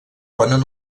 ponen